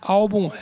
álbum